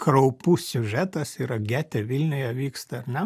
kraupus siužetas yra gete vilniuje vyksta ar ne